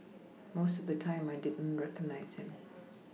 most of the time I don't recognise them